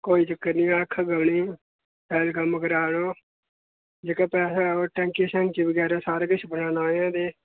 कोई चक्कर निं ऐ आक्खा दा इ'नें ई शैल कम्म करा रो जेह्का पैसा ऐ ओह् टैंकी शैंकी बगैरा सारा किश बनाना अजें ते